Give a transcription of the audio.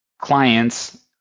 clients